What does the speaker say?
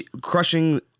crushing